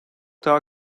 daha